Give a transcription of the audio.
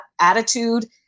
attitude